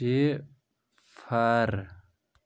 صِفر